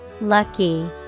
Lucky